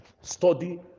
Study